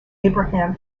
abraham